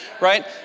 right